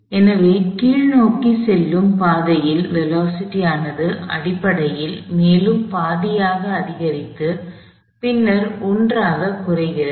எனவே கீழ்நோக்கி செல்லும் பாதையில் வேலோஸிட்டியானது அடிப்படையில் மேலும் பாதியாக அதிகரித்து பின்னர் 1 ஆக குறைகிறது